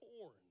torn